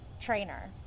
trainer